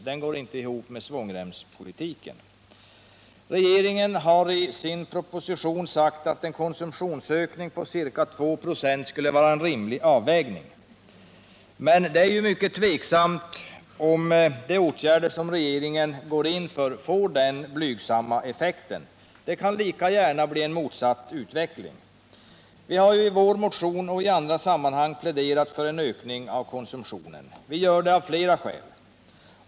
Den går inte ihop med svångremspolitiken. Regeringen har i sin proposition sagt att en konsumtionsökning på ca 2 26 skulle vara en rimlig avvägning. Men det är mycket tveksamt om de åtgärder som regeringen går in för får den blygsamma effekten. Det kan lika gärna bli en motsatt utveckling. Vi har i vår motion och i andra sammanhang pläderat för en ökning av konsumtionen. Vi har gjort det av flera skäl.